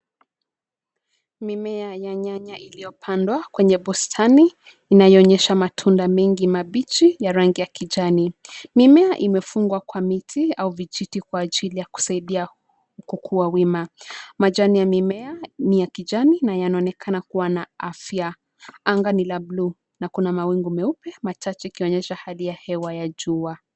Mimea ya nyanya iliyopandwa kwenye bustani inayoonyesha matunda mengi mabichi ya rangi ya kijani. Mimea imefungwa kwa miti au vijiti kwa ajili ya kusaidia kukuwa wima. Majani ya mimea ni ya kijani na yanaonekana kuwa na afya. Anga ni la bluu, na kuna mawingu meupe machache ikionyesha hali ya hewa ya jua.